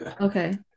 Okay